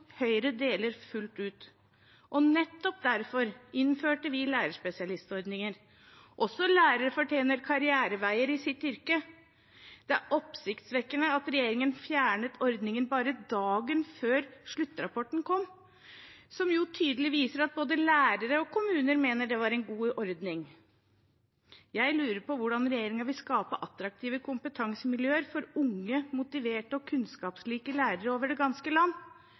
Høyre deler fullt ut, og nettopp derfor innførte vi lærerspesialistordningen. Også lærere fortjener karriereveier i sitt yrke. Det er oppsiktsvekkende at regjeringen fjernet ordningen bare dager før sluttrapporten kom, som tydelig viser at både lærere og kommuner mener det var en god ordning. Jeg lurer på hvordan regjeringen vil skape attraktive kompetansemiljøer for unge, motiverte og kunnskapsrike lærere over det ganske land.